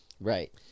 Right